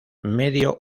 medio